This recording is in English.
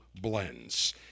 blends